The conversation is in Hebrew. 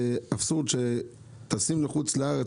זה אבסורד שטסים לחוץ-לארץ,